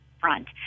front